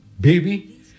baby